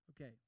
Okay